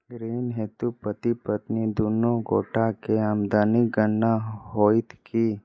ऋण हेतु पति पत्नी दुनू गोटा केँ आमदनीक गणना होइत की?